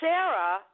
Sarah